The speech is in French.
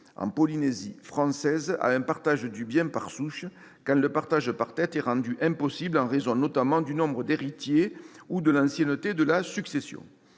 en Polynésie française, à un partage du bien par souche, quand le partage par tête est rendu impossible en raison, notamment, du nombre d'héritiers ou de l'ancienneté de la succession.